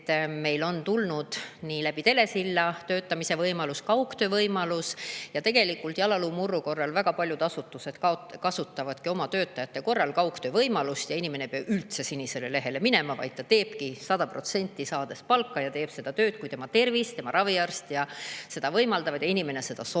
meil on nüüd ka telesilla abil töötamise võimalus, kaugtöö võimalus, ja tegelikult jalaluumurru korral väga paljud asutused kasutavadki oma töötajate korral kaugtöö võimalust ja inimene ei pea üldse sinisele lehele minema, vaid ta teebki 100%, saades palka. Ta teeb seda tööd, kui tema tervis seda võimaldab, tema raviarst seda [lubab] ja ta ise seda soovib.